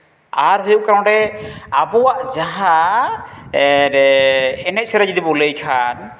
ᱟᱨ ᱦᱩᱭᱩᱜ ᱠᱟᱱᱟ ᱱᱚᱸᱰᱮ ᱟᱵᱚᱣᱟᱜ ᱡᱟᱦᱟᱸ ᱮᱱᱮᱡᱼᱥᱮᱨᱮᱧ ᱡᱩᱫᱤ ᱵᱚᱱ ᱞᱟᱹᱭ ᱠᱷᱟᱱ